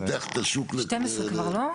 פותח את השוק --- 12 לא?